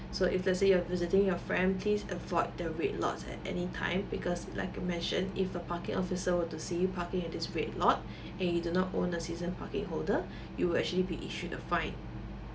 so if let's say you have visiting your friend please avoid the red lots at any time because like as mention if a parking officer will to see you parking at this red lot and you do not own a season parking holder you will actually be issued a fine